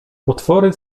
potwory